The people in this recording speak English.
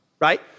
right